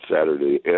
Saturday